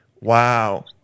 Wow